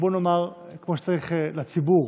בוא נאמר כמו שצריך לציבור,